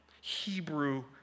Hebrew